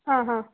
ಆಂ ಹಾಂ